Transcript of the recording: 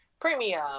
Premium